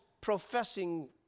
professing